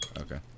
okay